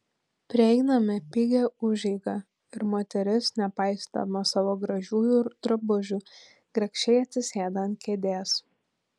prieiname pigią užeigą ir moteris nepaisydama savo gražiųjų drabužių grakščiai atsisėda ant kėdės